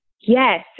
Yes